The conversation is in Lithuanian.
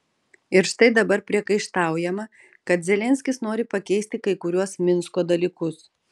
ir štai dabar priekaištaujama kad zelenskis nori pakeisti kai kuriuos minsko dalykus